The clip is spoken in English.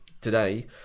today